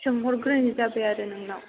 सोंहरग्रोनाय जाबाय आरो नोंनाव